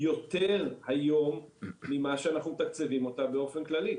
יותר היום ממש שאנחנו מתקצבים אותה באופן כללי.